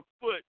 foot